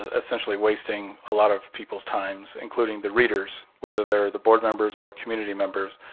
essentially wasting a lot of people's times, including the readers, whether they're the board members or community members.